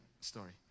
story